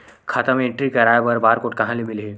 खाता म एंट्री कराय बर बार कोड कहां ले मिलही?